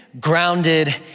grounded